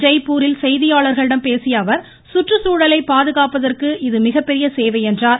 ஜெய்பூரில் செய்தியாளர்களிடம் பேசிய சுற்றுச்சூழலை பாதுகாப்பதற்கு அவர் இது மிகப்பெரிய சேவை என்றார்